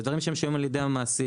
אלה דברים שמשולמים על ידי המעסיק.